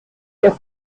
der